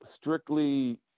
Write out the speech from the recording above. strictly